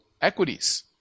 equities